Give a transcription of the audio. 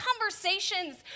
conversations